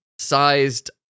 sized